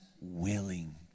willing